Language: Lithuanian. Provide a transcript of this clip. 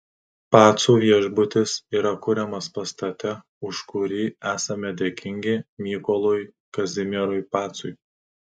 pacų viešbutis yra kuriamas pastate už kurį esame dėkingi mykolui kazimierui pacui